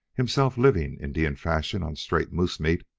himself living indian fashion on straight moose meat,